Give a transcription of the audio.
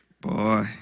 Boy